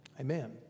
Amen